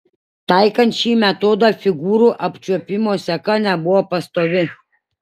taikant šį metodą figūrų apčiuopimo seka nebuvo pastovi